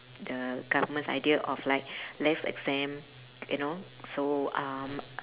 the government's idea of like less exam you know so um